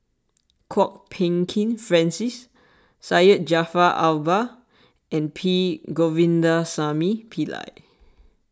Kwok Peng Kin Francis Syed Jaafar Albar and P Govindasamy Pillai